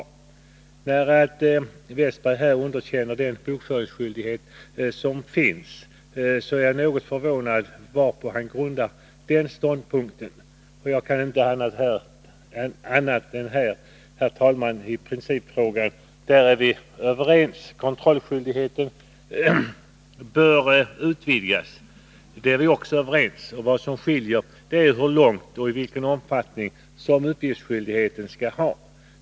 Jag är något förvånad över att herr Westberg i Hofors underkänner den bokföringsskyldighet som finns. Jag undrar varpå han grundar den ståndpunkten. I principfrågan är vi överens — kontrollskyldigheten bör utvidgas. Det som skiljer är uppfattningen om hur långt uppgiftsskyldigheten skall gå och vilken omfattning den skall ha.